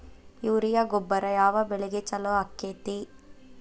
Urea ಗೊಬ್ಬರ ಯಾವ ಬೆಳಿಗೆ ಛಲೋ ಆಕ್ಕೆತಿ?